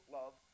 love